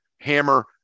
hammer